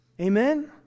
amen